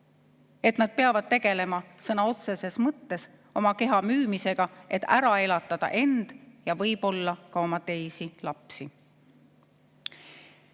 nad peavad tegelema sõna otseses mõttes oma keha müümisega, et ära elatada end ja võib-olla ka oma teisi lapsi.